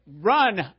run